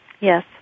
Yes